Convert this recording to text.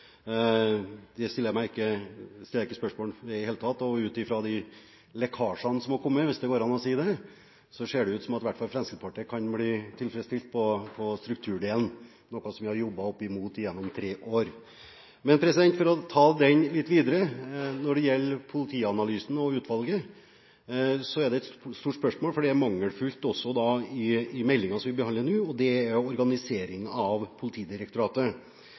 Det stiller jeg ikke spørsmål om i det hele tatt. Ut fra de lekkasjene som har kommet, hvis det går an å si det, ser det ut til at Fremskrittspartiet kan bli tilfredsstilt på strukturdelen, noe som vi har jobbet for i tre år. Men for å ta det litt videre: Når det gjelder politianalysen og utvalget, er det et stort spørsmål, for organiseringen av Politidirektoratet er mangelfull i meldingen som vi behandler nå. POD fikk knusende kritikk i den nylige evalueringsrapporten fra Difi. Jeg vet ikke om jeg trekker det